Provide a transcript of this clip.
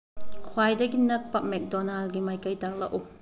ꯈ꯭ꯋꯥꯏꯗꯒꯤ ꯅꯛꯄ ꯃꯦꯛꯗꯣꯅꯥꯜꯒꯤ ꯃꯥꯏꯀꯩ ꯇꯥꯛꯂꯛꯎ